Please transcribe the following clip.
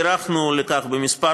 נערכנו לכך בכמה